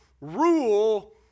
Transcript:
rule